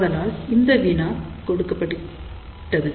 ஆதலால் இந்த வினா கொடுக்கப்பட்டது